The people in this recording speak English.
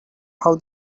how